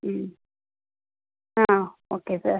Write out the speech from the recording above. ம் ஆ okay sir